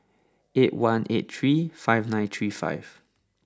eight one eight three five nine three five